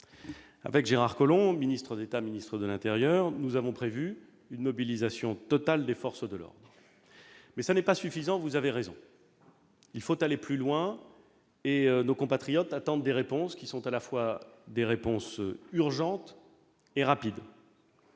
Avec Gérard Collomb, ministre d'État, ministre de l'intérieur, nous avons prévu une mobilisation totale des forces de l'ordre. Cela n'est toutefois pas suffisant- vous avez raison. Il faut aller plus loin, car nos compatriotes attendent des réponses à la fois urgentes et rapides